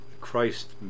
Christ